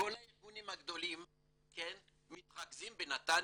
הגדולים מתרכזים בנתניה,